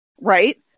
Right